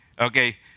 Okay